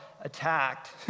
attacked